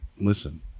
listen